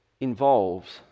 involves